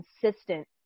consistent